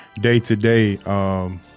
day-to-day